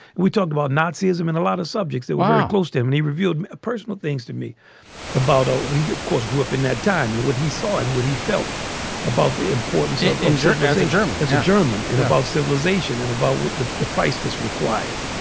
we talked about naziism and a lot of subjects that were close to him and he revealed personal things to me about, oh, he of course, grew up in that time. and what he saw and what he felt about the importance in in german as a german, as a german and about civilization and about what the the price is required.